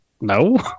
no